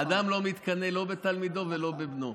אדם לא מתקנא לא בתלמידו ולא בבנו.